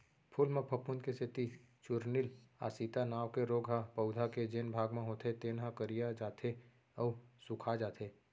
फूल म फफूंद के सेती चूर्निल आसिता नांव के रोग ह पउधा के जेन भाग म होथे तेन ह करिया जाथे अउ सूखाजाथे